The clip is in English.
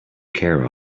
care